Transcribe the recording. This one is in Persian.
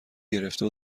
گرفته